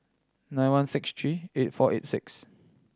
nine one six three eight four eight six